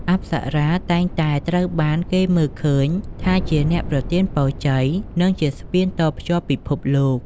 អប្សរាតែងតែត្រូវបានគេមើលឃើញថាជាអ្នកប្រទានពរជ័យ និងជាស្ពានតភ្ជាប់ពិភពលោក។